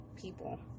people